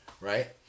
Right